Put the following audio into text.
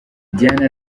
diane